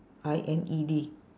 I N E D